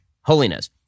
holiness